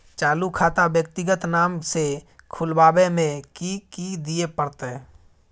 चालू खाता व्यक्तिगत नाम से खुलवाबै में कि की दिये परतै?